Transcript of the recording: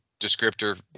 descriptor